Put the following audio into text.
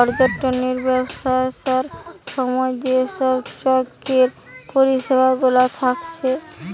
পর্যটনের ব্যবসার সময় যে সব চেকের পরিষেবা গুলা থাকে